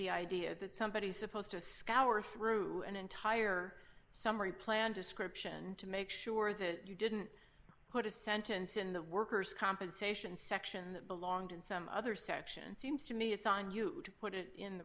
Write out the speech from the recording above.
the idea that somebody is supposed to scour through an entire summary plan description to make sure you didn't put a sentence in the worker's compensation section belong to some other section seems to me it's on you to put it in the